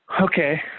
Okay